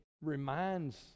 reminds